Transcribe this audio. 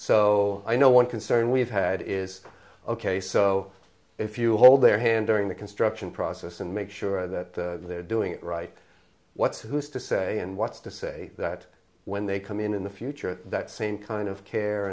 so i know one concern we've had is ok so if you hold their hand during the construction process and make sure that they're doing it right what's who's to say and what's to say that when they come in in the future that same kind of care